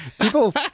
people